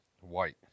White